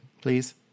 please